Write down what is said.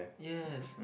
yes